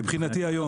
מבחינתי היום.